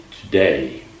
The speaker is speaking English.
today